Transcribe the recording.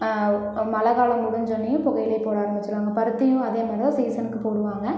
மழை காலம் முடிஞ்சோடனே புகையிலை போட ஆரமிச்சுருவாங்க பருத்தியும் அதே மாதிரி தான் சீசனுக்கு போடுவாங்க